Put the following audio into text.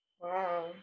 Wow